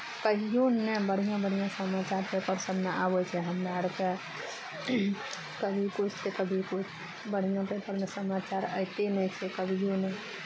कहियो नहि बढ़िआँ बढ़िआँ समाचार पेपर सभमे आबै छै हमरा अरके तऽ कभी किछु तऽ कभी कुछ बढ़िआँ पेपरमे समाचार अयते नहि छै कभियो नहि